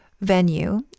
venue